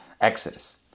exodus